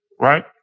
right